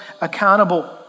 accountable